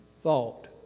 thought